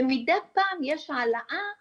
מדי פעם ישנה העלאה קטנה,